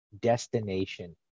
destination